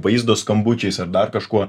vaizdo skambučiais ar dar kažkuo